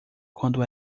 quando